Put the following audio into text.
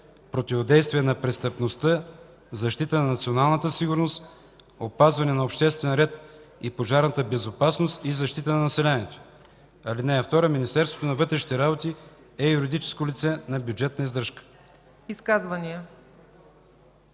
противодействие на престъпността, защита на националната сигурност, опазване на обществения ред и пожарна безопасност и защита на населението. (2) Министерството на вътрешните работи е юридическо лице на бюджетна издръжка.”